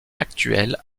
actuelle